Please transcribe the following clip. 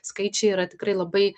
skaičiai yra tikrai labai